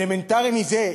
אלמנטרי מזה?